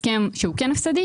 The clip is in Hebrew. הסכם שהוא כן הפסדי,